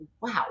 wow